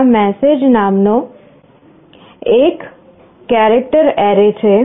ત્યાં msg નામનો એક કેરેક્ટર array છે